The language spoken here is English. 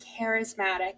charismatic